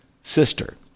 sister